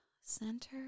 Center